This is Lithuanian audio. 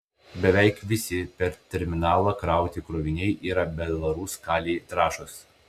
beveik visi per terminalą krauti kroviniai yra belaruskalij trąšos